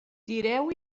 tireu